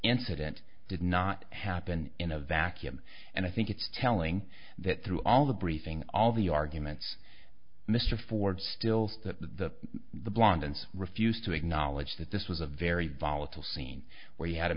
incident did not happen in a vacuum and i think it's telling that through all the briefing all the arguments mr ford still to the blonde and refused to acknowledge that this was a very volatile scene where you had a